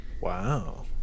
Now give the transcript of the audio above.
wow